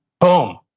boom!